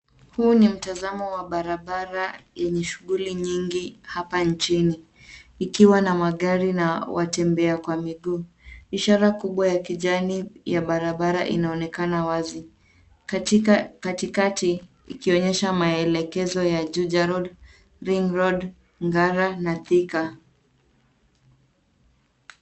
Huu ni mtazamo wa barabara yenye shughuli nyingi hapa nchini ikiwa na magari na watembea kwa miguu. Ishara kubwa ya kijani ya barabara inaonekana waazi katikati ikionyesha maelekezo ya Juja road, Ring road, Ngara na Thika.